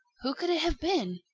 who could it have been?